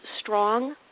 strong